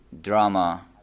drama